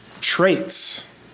traits